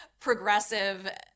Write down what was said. progressive